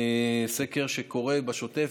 סקר שקורה בשוטף,